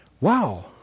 wow